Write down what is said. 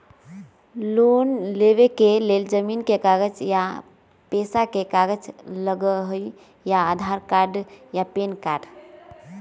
Loan लेवेके लेल जमीन के कागज या पेशा के कागज लगहई या आधार कार्ड या पेन कार्ड?